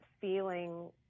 feeling